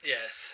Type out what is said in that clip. Yes